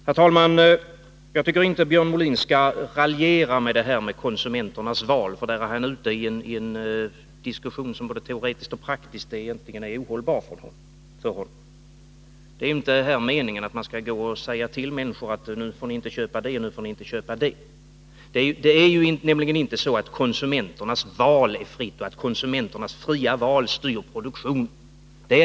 Herr talman! Jag tycker inte att Björn Molin skall raljera med konsumenternas val, för då är han ute i en diskussion som teoretiskt och praktiskt är ohållbar för honom. Det är här inte meningen att säga till människor, att nu får ni inte köpa det eller det. Det är nämligen inte så att konsumenternas val är fritt eller att konsumenternas fria val styr produktionen.